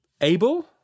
able